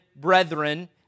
brethren